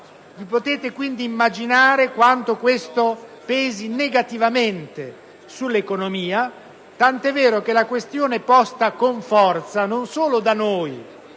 Vi potete quindi immaginare quanto questo pesi negativamente sull'economia, tanto è vero che la questione è posta con forza non solo da noi